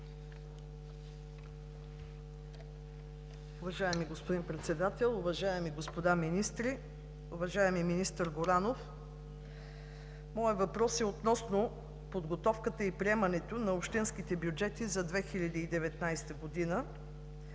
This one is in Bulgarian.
Уважаеми господин Председател, уважаеми господа министри! Уважаеми министър Горанов, моят въпрос е относно подготовката и приемането на общинските бюджети за 2019 г.